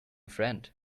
friend